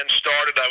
started